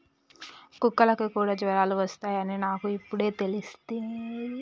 కుక్కలకి కూడా జ్వరాలు వస్తాయ్ అని నాకు ఇప్పుడే తెల్సింది